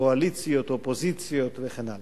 קואליציות אופוזיציות וכן הלאה.